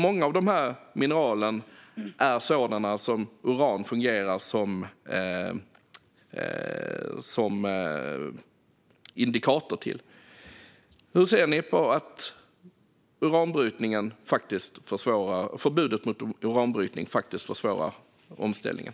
Många av de här mineralerna är sådana som uran fungerar som indikator till. Hur ser ni på att förbudet mot uranbrytning faktiskt försvårar omställningen?